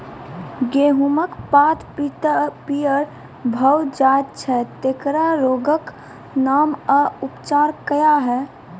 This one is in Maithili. गेहूँमक पात पीअर भअ जायत छै, तेकरा रोगऽक नाम आ उपचार क्या है?